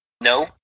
No